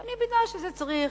אני מבינה שזה צריך,